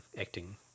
acting